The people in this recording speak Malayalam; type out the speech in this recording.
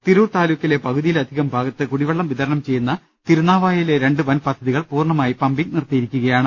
തിരൂർ താലൂക്കിലെ പകുതിയിലധികം ഭാഗത്ത് കുടിവെള്ളം വിതരണം ചെയ്യുന്ന തിരുന്നാവായയിലെ രണ്ട്വൻ പദ്ധതികൾ പൂർണമായി പമ്പിങ് നിർത്തിയിരിക്കയാണ്